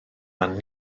ran